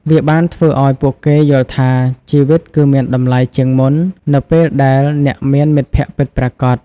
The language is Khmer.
វាបានធ្វើឱ្យពួកគេយល់ថា ជីវិតគឺមានតម្លៃជាងមុននៅពេលដែលអ្នកមានមិត្តភក្តិពិតប្រាកដ។